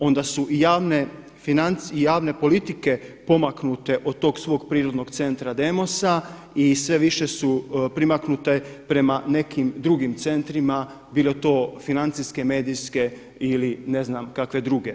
Onda su i javne politike pomaknute od tog svog prirodnog centra demosa i sve više su primaknute prema nekim drugim centrima, bilo to financijske, medijske ili ne znam kakve druge.